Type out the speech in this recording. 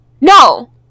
No